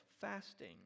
fasting